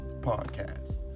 Podcast